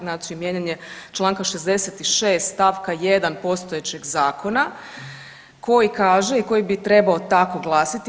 Znači mijenjanje članka 66. stavka 1. postojećeg zakona koji kaže i koji bi trebao tako glasiti.